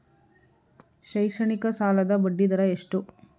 ಶೈಕ್ಷಣಿಕ ಸಾಲದ ಬಡ್ಡಿ ದರ ಎಷ್ಟು?